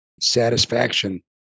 satisfaction